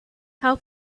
how